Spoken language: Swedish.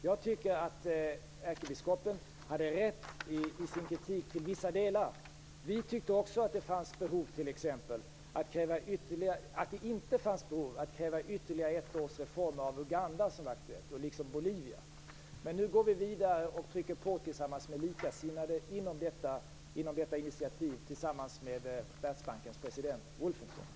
Jag tycker att ärkebiskopen har rätt i sin kritik i vissa delar. Vi tycker t.ex. också att det inte fanns behov av att kräva ytterligare ett års reformer av Uganda, som var aktuellt, liksom av Bolivia. Men nu går vi vidare och trycker på, tillsammans med likasinnade inom detta initiativ, tillsammans med världsbankens president Wolfensohn.